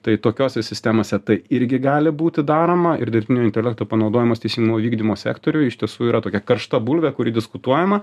tai tokiose sistemose tai irgi gali būti daroma ir dirbtinio intelekto panaudojimas teisingumo vykdymo sektoriuje iš tiesų yra tokia karšta bulvė kuri diskutuojama